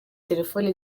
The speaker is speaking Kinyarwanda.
telephone